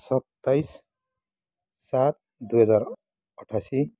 सत्ताइस सात दुई हजार अठासी